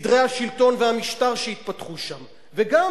סדרי השלטון והמשטר שהתפתחו שם וגם,